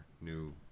new